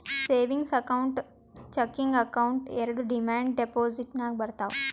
savings account, checking account ಎರೆಡು demand deposit ನಾಗೆ ಬರ್ತಾವ್